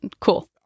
cool